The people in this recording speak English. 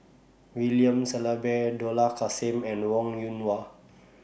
William Shellabear Dollah Kassim and Wong Yoon Wah